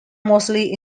mostly